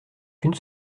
qu’une